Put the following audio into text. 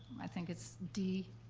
i think it's d,